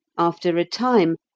after a time,